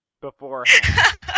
beforehand